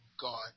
God